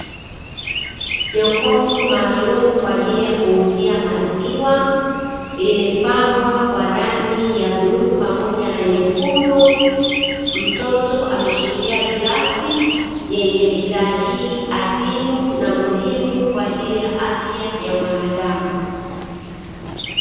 Jokofu maalumu kwa ajili ya kuuzia maziwa limepambwa kwa rangi ya bluu pamoja na nyekundu, mtoto ameshikilia glasi yenye bidhaa hii adimu na muhimu, kwa ajili ya afya ya mwanadamu.